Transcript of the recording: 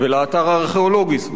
ולאתר הארכיאולוגי סוסיא.